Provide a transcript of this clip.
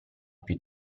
più